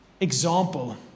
example